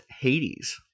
hades